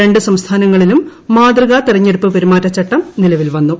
രണ്ട് സംസ്ഥാനങ്ങളിലും മാതൃകാ തെരഞ്ഞെടുപ്പ് പെരുമാറ്റച്ചട്ടം നിലവിൽ വന്നു